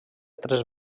tres